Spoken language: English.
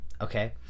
Okay